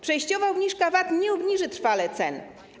Przejściowa obniżka VAT nie obniży trwale cen.